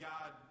God